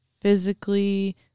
physically